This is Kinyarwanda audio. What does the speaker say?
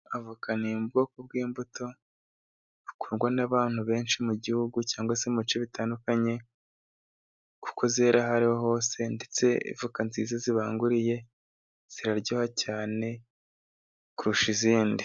Avoka ni ubwoko bw’imbuto bukundwa n’abantu benshi mu gihugu cyangwa se mu bice bitandukanye, kuko zera aho ari ho hose, ndetse avoka nziza zibanguriye ziraryoha cyane kurusha izindi.